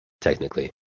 technically